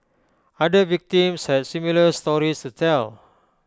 other victims has similar stories to tell